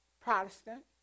Protestant